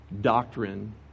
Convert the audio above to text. doctrine